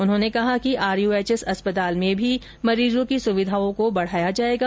उन्होने कहा कि आरयूएचएस अस्पताल में भी मरीजों की सुविधाओं को बढ़ाया जाएगा